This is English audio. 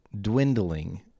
dwindling